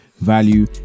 value